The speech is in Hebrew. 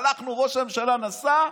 שלחנו, ראש הממשלה נסע,